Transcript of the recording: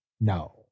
No